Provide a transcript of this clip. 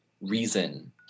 reason